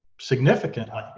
significantly